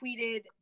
tweeted